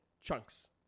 chunks